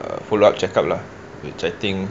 err follow up check up lah which I think